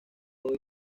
todo